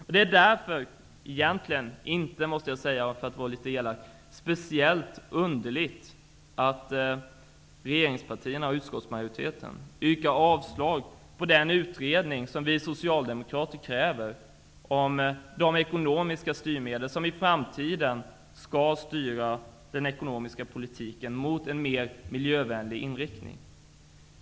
För att vara litet elak måste jag säga att det därför inte är speciellt underligt att regeringspartierna och utskottsmajoriteten yrkar avslag på den utredning som vi socialdemokrater kräver om de styrmedel som i framtiden skall ge den ekonomiska politiken en mer miljövänlig inriktning.